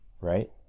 right